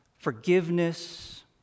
forgiveness